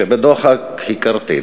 שבדוחק הכרתיו,